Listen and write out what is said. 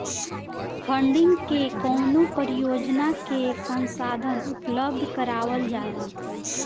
funding से कवनो परियोजना के संसाधन उपलब्ध करावल जाला